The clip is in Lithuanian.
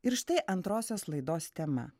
ir štai antrosios laidos tema